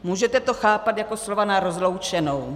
Můžete to chápat jako slova na rozloučenou.